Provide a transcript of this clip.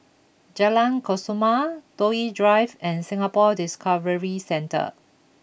Jalan Kesoma Toh Yi Drive and Singapore Discovery Centre